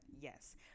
yes